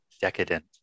decadent